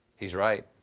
he's right.